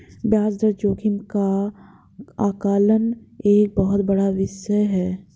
ब्याज दर जोखिम का आकलन एक बहुत बड़ा विषय है